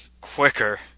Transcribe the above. quicker